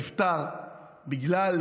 נפטר בגלל,